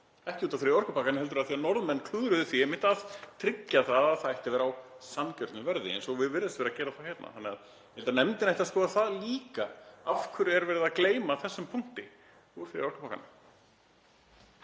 ekki út af orkupakkanum heldur af því að Norðmenn klúðruðu því að tryggja það að það ætti að vera á sanngjörnu verði, eins og við virðumst vera að gera hérna. Þannig að ég held að nefndin ætti að skoða það líka af hverju verið er að gleyma þessum punkti úr þriðja orkupakkanum.